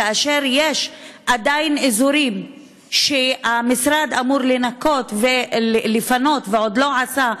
כאשר עדיין יש אזורים שהמשרד אמור לפנות ועוד לא עשה זאת,